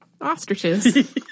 ostriches